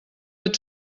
ets